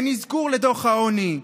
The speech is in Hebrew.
אין אזכור לדוח העוני,